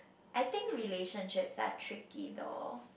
I think relationships are tricky though